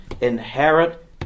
inherit